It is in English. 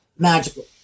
Magical